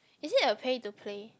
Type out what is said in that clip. is it a pay to play